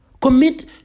Commit